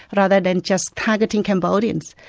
but rather than just targeting cambodians,